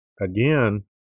Again